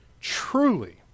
Truly